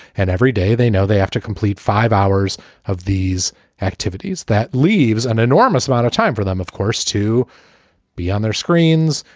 and every day they know they have to complete five hours of these activities. that leaves and enormous amount of time for them, of course, to be on their screens,